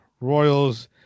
Royals